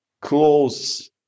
close